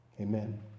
Amen